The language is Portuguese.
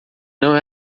não